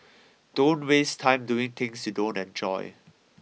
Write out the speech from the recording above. don't waste time doing things you don't enjoy